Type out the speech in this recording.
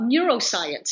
neuroscience